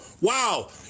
wow